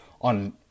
on